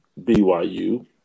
BYU